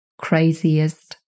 craziest